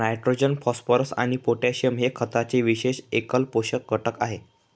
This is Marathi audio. नायट्रोजन, फॉस्फरस आणि पोटॅशियम हे खताचे विशेष एकल पोषक घटक आहेत